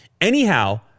Anyhow